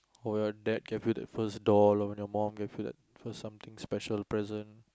or your dad gave you that first doll or your mum gave you that first something special present